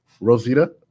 Rosita